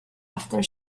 after